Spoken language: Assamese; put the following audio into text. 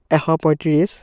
এশ পঁয়ত্ৰিছ